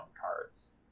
cards